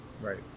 Right